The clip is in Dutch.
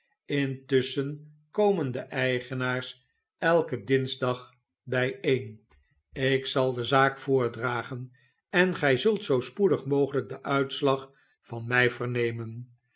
intusschen komen de eigenaars elken dinsdag jozef grimaldi bijeen ik zal de zaak voordragen en gij zult zoo spoedig mogelijk den uitslag van mij vernemen